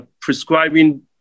prescribing